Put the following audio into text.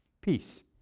Peace